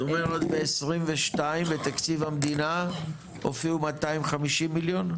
זאת אומרת ב-2022 בתקציב המדינה הופיעו 250 מיליון?